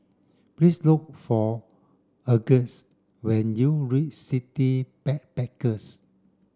please look for Auguste when you reach City Backpackers